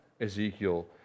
Ezekiel